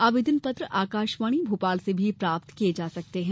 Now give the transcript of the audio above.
आवेदन पत्र आकाशवाणी भोपाल से भी प्राप्त किये जा सकते हैं